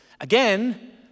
Again